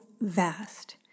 vast